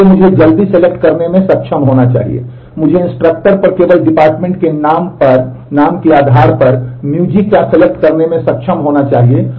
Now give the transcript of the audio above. इसलिए मुझे जल्दी सेलेक्ट करना चाहिए